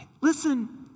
Listen